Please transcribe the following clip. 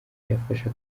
yafashe